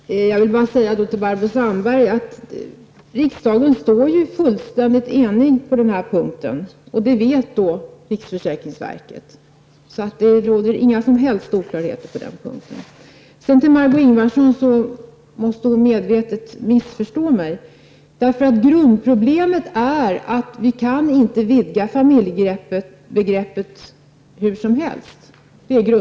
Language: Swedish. Herr talman! Jag vill bara säga till Barbro Sandberg att riksdagen står fullständigt enig på den här punkten. Det vet riksförsäkringsverket. Det råder alltså inga som helst oklarheter på den punkten. Det verkar som om Margó Ingvardsson medvetet missförstår mig. Grundproblemet är att vi inte kan vidga familjebegreppet hur som helst.